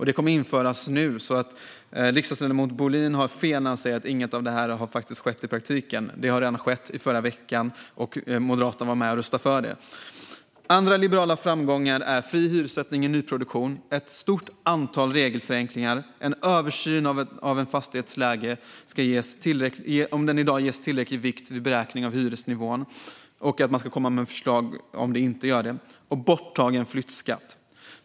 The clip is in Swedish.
Det kommer att införas nu, så riksdagsledamoten Bohlin har fel när han säger att inget av detta har skett i praktiken. Det har redan skett, i förra veckan, och Moderaterna var med och röstade för det. Andra liberala framgångar är fri hyressättning i nyproduktion, ett stort antal regelförenklingar och en översyn av om en fastighets läge i dag ges tillräckligt vikt vid beräkning av hyresnivån samt att man ska komma med förslag om det inte är så. En annan framgång är borttagen flyttskatt.